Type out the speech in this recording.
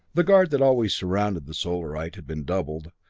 the guard that always surrounded the solarite had been doubled,